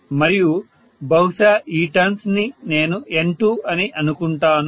మరియు బహుశా ఈ టర్న్స్ ని నేను N2 అని అనుకుంటాను